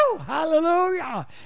Hallelujah